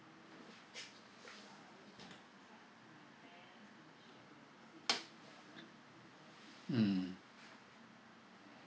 mm